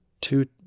two